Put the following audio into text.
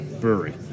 brewery